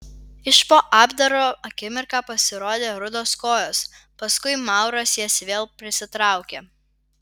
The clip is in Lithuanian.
iš po apdaro akimirką pasirodė rudos kojos paskui mauras jas vėl prisitraukė